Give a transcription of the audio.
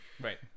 right